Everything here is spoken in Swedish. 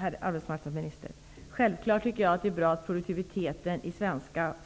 Herr talman! Självfallet tycker jag, arbetsmarknadsministern, att det är bra att produktiviteten i